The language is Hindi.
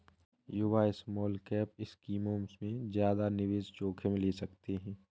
युवा स्मॉलकैप स्कीमों में ज्यादा निवेश जोखिम ले सकते हैं